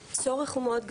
הצורך הוא מאוד גדול.